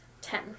Ten